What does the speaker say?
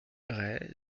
ray